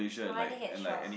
I want a hedgehog